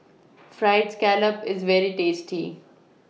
Fried Scallop IS very tasty